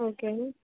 okay